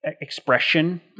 expression